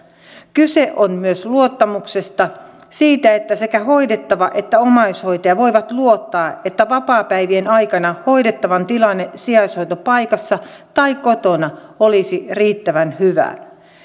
kyse on myös luottamuksesta siitä että sekä hoidettava että omaishoitaja voivat luottaa että vapaapäivien aikana hoidettavan tilanne sijaishoitopaikassa tai kotona olisi riittävän hyvä